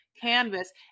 canvas